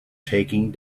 taking